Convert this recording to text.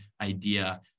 idea